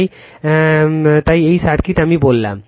তাই তাই এই সার্কিট আমি বললাম